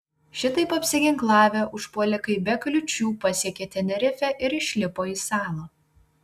šitaip apsiginklavę užpuolikai be kliūčių pasiekė tenerifę ir išlipo į salą